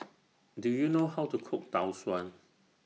Do YOU know How to Cook Tau Suan